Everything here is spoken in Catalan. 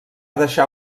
deixar